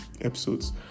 episodes